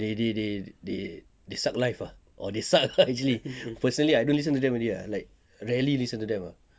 they they they they suck life ah or they suck ah actually personally I don't listen to them already ah like rarely listen to them